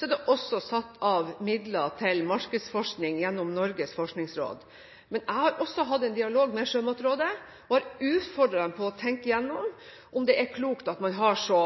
er det også satt av midler til markedsforskning gjennom Norges forskningsråd. Men jeg har også hatt en dialog med Sjømatrådet og har utfordret dem på å tenke igjennom om det er klokt å ha så